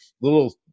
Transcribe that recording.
little